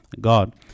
God